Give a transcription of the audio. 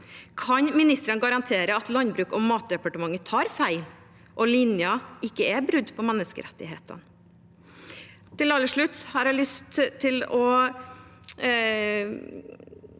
Kan ministeren garantere at Landbruks- og matdepartementet tar feil, og at ledningen ikke er et brudd på menneskerettighetene?